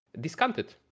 discounted